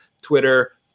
Twitter